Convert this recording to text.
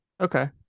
okay